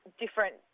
different